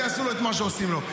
ויעשו לו את מה שעושים לו.